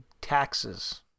taxes